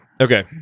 Okay